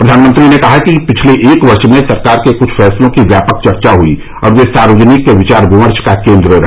प्रधानमंत्री ने कहा कि पिछले एक वर्ष में सरकार के कुछ फैसलों की व्यापक चर्चा हुई और वे सार्वजनिक विचार विमर्श का केन्द्र रहे